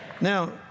Now